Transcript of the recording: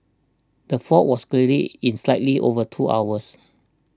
the fault was cleared in slightly over two hours